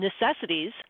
necessities